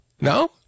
No